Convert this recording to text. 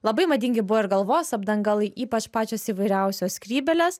labai madingi buvo ir galvos apdangalai ypač pačios įvairiausios skrybėlės